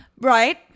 Right